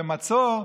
מצור.